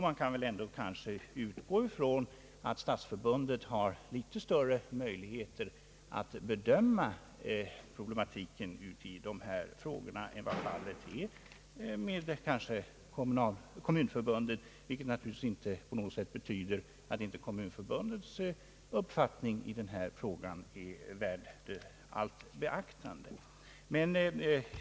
Man kan utgå ifrån att stadsförbundet har litet större möjligheter att bedöma problematiken i dessa frågor än vad fallet är med kommunförbundet, vilket naturligtvis på intet sätt betyder att inte kommunförbundets uppfattning i denna fråga är värd allt beaktande.